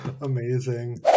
Amazing